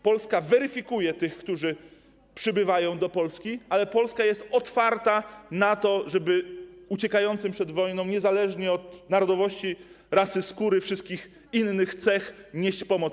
Polska weryfikuje tych, którzy przybywają do Polski, ale Polska jest otwarta na to, żeby uciekającym przed wojną niezależnie od narodowości, rasy, koloru skóry, wszystkich innych cech nieść pomoc.